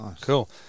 Cool